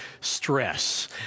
stress